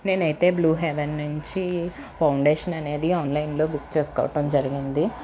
నేనైతే blue heaven నిచి foundation అనేది ఆన్లైన్లో బుక్ చేసుకోవటం జరిగింది